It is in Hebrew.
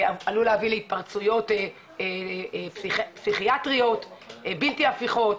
זה עלול להביא להתפרצויות פסיכיאטריות בלתי הפיכות,